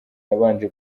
yabanje